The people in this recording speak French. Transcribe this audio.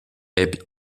est